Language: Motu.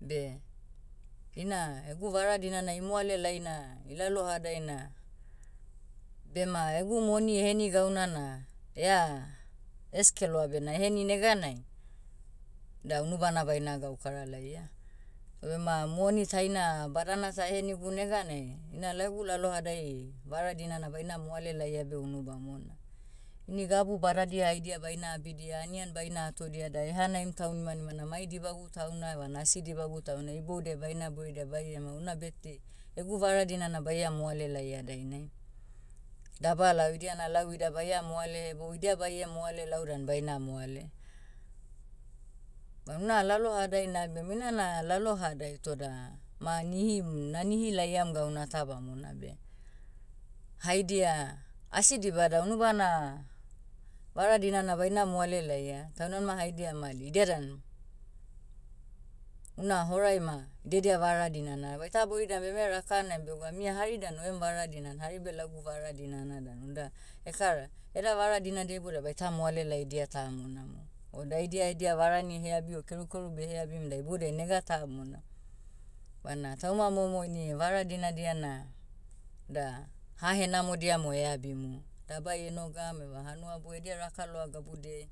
Beh, ina egu vara dinana imoale laina, ilalohadaina, bema egu moni eheni gauna na, ea, eskeleoa bena eheni neganai, da unubana baina gaukara laia. O bema moni taina, badana ta ehenigu neganai, ina lau egu lalohadai, vara dinana baina moale laia beh unu bamona. Ini gabu badadia haidia baina abidia anian baina atodia da ehanaim taunimanima na mai dibagu tauna evana asi dibagu tauna iboudiai baina boiridia baiema una birthday, egu vara dinana baia moale laia dainai. Dabalao idiana lau ida baia moale hebou idia baie moale lau dan baina moale. Auna lalohadai na abiam unana lalohadai toda, ma nihim- nanihi laiam gauna ta bamona beh, haidia, asi dibada unubana, vara dinana baina moale laia, taunmanima haidia madi idiadan, una horai ma idedia vara dinana baita boiridiam beme rakanaim begwaum ia hari dan oiem vara dinan hari beh lagu vara dinana danu da, ekara, eda vara dinadia iboudiai baita moale laidia tamona mo. O daidia edia varani eheabi o kerukeru beheabim da iboudiai nega tamona. Bana tauma momo ini vara dinadia na, da, hahenamodia mo eabimu. Dabai enogam eva hanuaboi edia raka loa gabudiai,